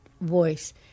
voice